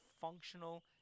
functional